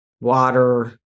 water